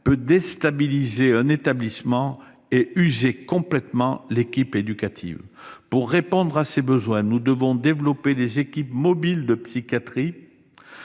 peut déstabiliser un établissement et user complètement l'équipe éducative. Pour répondre à ces besoins, nous devons développer des équipes mobiles de psychiatrie